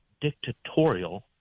dictatorial